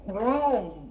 room